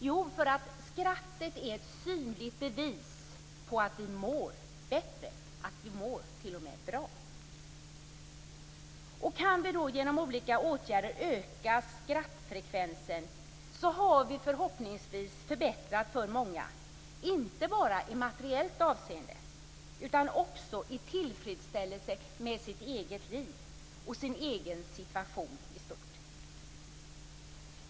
Jo, därför att skrattet är ett synligt bevis på att vi mår bättre, att vi t.o.m. mår bra. Kan vi då genom olika åtgärder öka skrattfrekvensen har vi förhoppningsvis förbättrat för många - inte bara i materiellt avseende, utan också i tillfredsställelse med det egna livet och den egna situationen i stort.